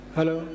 Hello